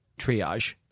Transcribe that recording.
triage